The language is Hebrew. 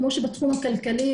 כמו שבתחום הכלכלי,